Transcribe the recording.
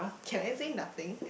can I say nothing